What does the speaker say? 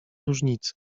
różnicy